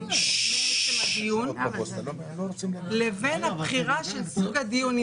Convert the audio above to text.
מעצם הדיון לבין הבחירה של סוג הדיון,